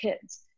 kids